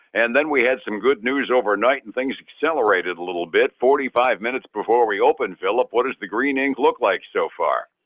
and then we had some good news overnight and things accelerated a little bit. forty five minutes before we open, phillip, what does the green ink look like so far?